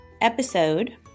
episode